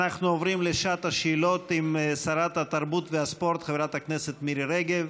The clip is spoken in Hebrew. אנחנו עוברים לשעת השאלות עם שרת התרבות והספורט חברת הכנסת מירי רגב.